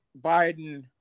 Biden